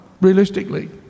realistically